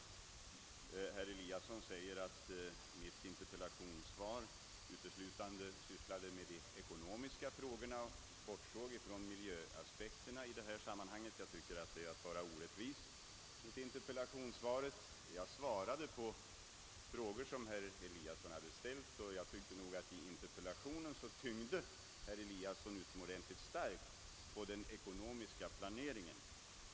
Herr Eliasson sade att jag i mitt interpellationssvar uteslutande sysslade med de ekonomiska frågorna och bortsåg från miljöaspekterna; jag tycker att det är att vara orättvis mot interpellationssvaret. Jag svarade på frågor som herr Eliasson har ställt, och herr Eliasson tryckte i sin interpellation utomordentligt hårt på den ekonomiska planeringen.